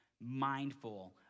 mindful